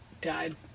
died